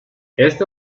este